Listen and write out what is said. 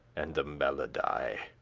and the melody.